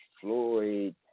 Floyd